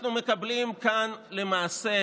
אנחנו מקבלים כאן למעשה